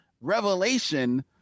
Revelation